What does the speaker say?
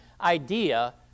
idea